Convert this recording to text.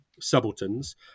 subalterns